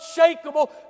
unshakable